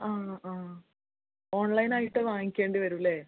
ആ ആ ഓൺലൈൻ ആയിട്ട് വാങ്ങിക്കേണ്ടി വരും അല്ലേ